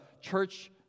church